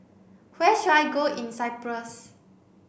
where should I go in Cyprus